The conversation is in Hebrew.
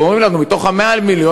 ואומרים לנו: מתוך 100 המיליון,